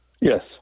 Yes